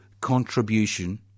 contribution